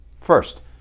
First